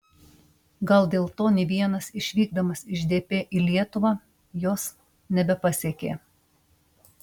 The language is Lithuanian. gal dėl to ne vienas išvykdamas iš dp į lietuvą jos nebepasiekė